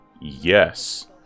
yes